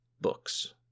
books